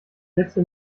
setze